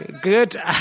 good